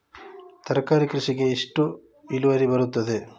ತರಕಾರಿ ಕೃಷಿಗೆ ಎಷ್ಟು ಇಳುವರಿ ಬರುತ್ತದೆ?